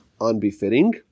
unbefitting